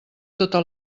tota